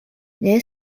near